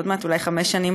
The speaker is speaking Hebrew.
עוד מעט אולי חמש שנים,